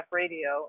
radio